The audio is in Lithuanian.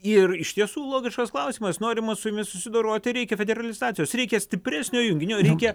ir iš tiesų logiškas klausimas norima su jomis susidoroti reikia federalizacijos reikia stipresnio junginio reikia